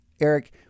Eric